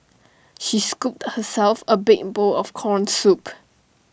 she scooped herself A big bowl of Corn Soup